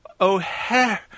O'Hare